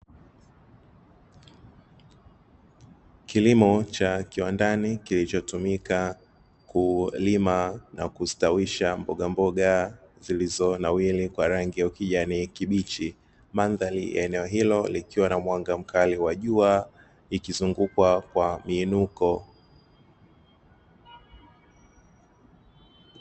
Kilimo cha kiwandani, kilichotumika kulima na kustawisha mbogamboga zilizo nawiri kwa rangi ya kijani kibichi. Mandhari ya eneo hilo likiwa na mwanga mkali wa jua, ikizungukwa kwa miinuko.